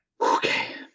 Okay